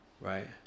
right